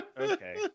okay